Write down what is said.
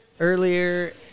Earlier